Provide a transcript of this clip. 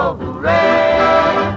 hooray